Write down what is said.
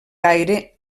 gaire